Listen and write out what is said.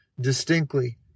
distinctly